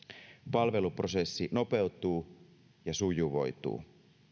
palveluprosessi nopeutuu ja sujuvoituu